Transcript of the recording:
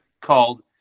called